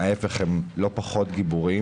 להיפך, הם לא פחות גיבורים.